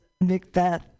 Macbeth